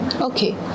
Okay